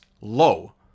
low